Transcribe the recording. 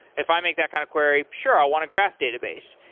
if i make that kind of query, sure, i want a graph database.